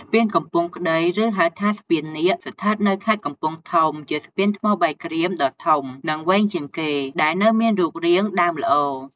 ស្ពានកំពង់ក្ដី ឬហៅថា ស្ពាននាគ ស្ថិតនៅខេត្តកំពង់ធំ ជាស្ពានថ្មបាយក្រៀមដ៏ធំ និងវែងជាងគេ ដែលនៅមានរូបរាងដើមល្អ។